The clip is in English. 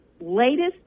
latest